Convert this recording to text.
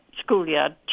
schoolyard